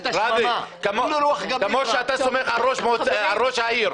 --- כמו שאתה סומך על ראש העיר